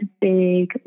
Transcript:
big